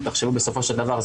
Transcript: בסופו של דבר,